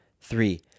Three